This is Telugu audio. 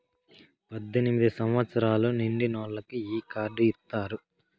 పద్దెనిమిది సంవచ్చరాలు నిండినోళ్ళకి ఈ కార్డు ఇత్తారు